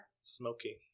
Smoky